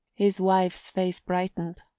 his wife's face brightened,